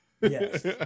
Yes